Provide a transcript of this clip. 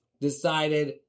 decided